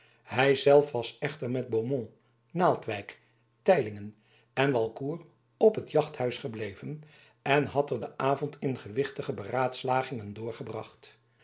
hij zelf was echter met beaumont naaldwijk teylingen en walcourt op het jachthuis gebleven en had er den avond in gewichtige beraadslagingen doorgebracht